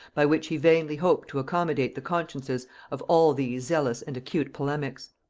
by which he vainly hoped to accommodate the consciences of all these zealous and acute polemics.